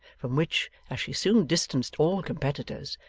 from which, as she soon distanced all competitors,